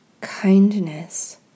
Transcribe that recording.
kindness